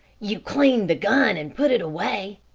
you cleaned the gun and put it away,